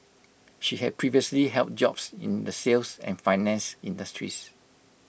she had previously held jobs in the sales and finance industries